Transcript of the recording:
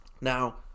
Now